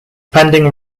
pending